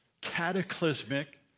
cataclysmic